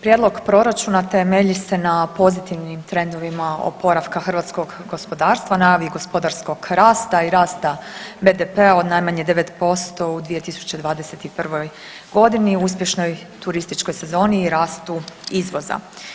Prijedlog proračuna temelji se na pozitivnim trendovima oporavka hrvatskog gospodarstva, najavi gospodarskog rasta i rasta BDP-a od najmanje 9% u 2921.g., u uspješnoj turističkoj sezoni i rastu izvoza.